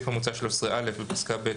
הסתייגות מספר 3 בסעיף המוצע 13א בפסקה (ב),